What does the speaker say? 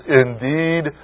indeed